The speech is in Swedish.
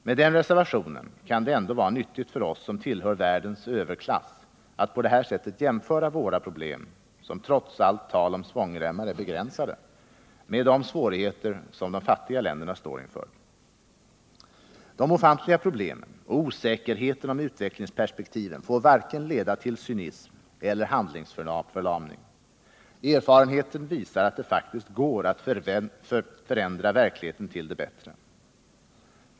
Med den reservationen kan det ändå vara nyttigt för oss som tillhör världens överklass att på det här sättet jämföra våra problem — som trots allt tal om svångremmar är begränsade — med de svårigheter som de fattiga länderna står inför. De ofantliga problemen och osäkerheten om utvecklingsperspektiven får inte leda till vare sig cynism eller handlingsförlamning. Erfarenheten visar att det faktiskt går att förändra verkligheten till det bättre.